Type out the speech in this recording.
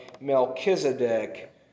Melchizedek